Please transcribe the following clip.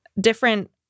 different